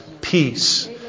Peace